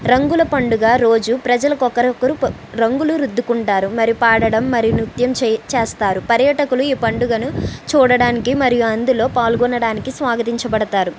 రంగుల పండుగ రోజు ప్రజలు ఒకరికొకరు రంగులు రుద్దుకుంటారు మరి పాడటం మరియు నృత్యం చేస్తారు పర్యాటకులు ఈ పండుగను చూడడానికి మరి అందులో పాల్గొనడానికి స్వాగతించబడతారు